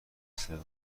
صدق